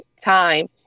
time